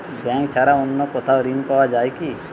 Bank ছাড়া অন্য কোথাও ঋণ পাওয়া যায় কি?